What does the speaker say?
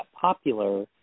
popular